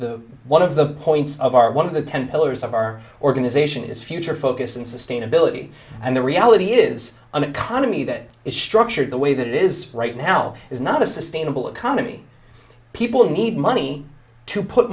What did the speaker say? one of the points of our one of the ten pillars of our organization is future focus and sustainability and the reality is an economy that is structured the way that it is right now is not a sustainable economy people need money to put